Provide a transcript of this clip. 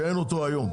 דבר שאין אותו היום.